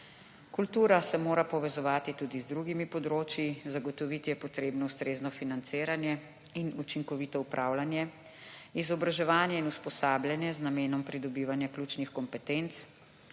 Kultura se mora povezovati tudi z drugimi področji. Zagotoviti je potrebno ustrezno financiranje in učinkovito upravljanje. Izobraževanje in usposabljanje z namenom pridobivanja ključnih kompetenc.